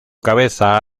cabeza